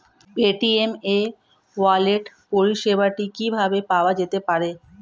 Paytm e wallet পরিষেবাটি কিভাবে পাওয়া যেতে পারে?